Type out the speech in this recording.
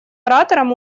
оратором